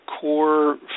core